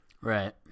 Right